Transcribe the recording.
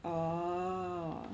oh